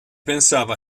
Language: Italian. pensava